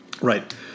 Right